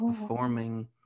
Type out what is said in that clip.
performing